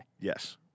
Yes